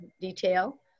detail